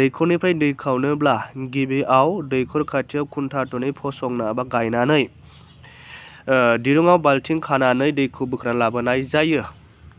दैखरनिफ्राय दै खावनोब्ला गिबियाव दैखर खाथियाव खुन्था गंनै फसंनानै बा गायनानै ओह दिरुंआव बाल्थिं खानानै दैखौ बोखोनानै लाबोनाय जायो